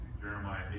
Jeremiah